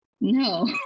no